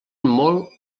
molt